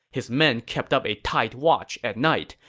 his men kept up a tight watch at night,